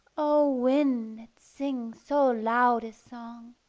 o wind, that sings so loud a song!